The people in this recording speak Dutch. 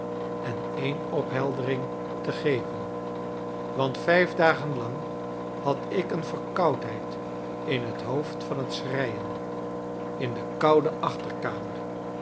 en een opheldering te geven want vijf dagen lang had ik een verkoudheid in het hoofd van het schreien in de koude achterkamer